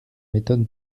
méthode